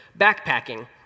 backpacking